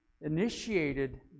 initiated